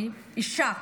היא אישה